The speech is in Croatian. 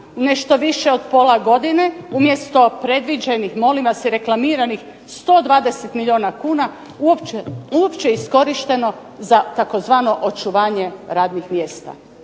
nešto više pola godine, umjesto predviđenih molim vas i reklamiranih 120 milijuna kuna, uopće iskorišteno za očuvanje radnih mjesta.